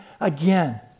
again